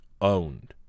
Owned